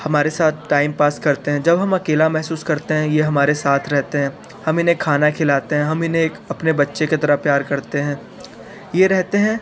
हमारे साथ time pass करते हैं जब हम अकेला महसूस करते हैं यह हमारे साथ रहते हैं हम इन्हें खाना खिलाते हैं हम इन्हें एक अपने बच्चे के तरह प्यार करते हैं ये रहते हैं